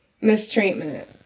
mistreatment